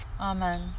amen